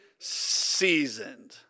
seasoned